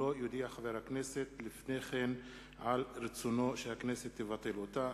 אם לא יודיע חבר הכנסת לפני כן על רצונו שהכנסת תבטל אותה,